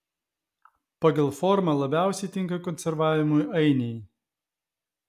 pagal formą labiausiai tinka konservavimui ainiai